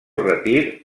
retir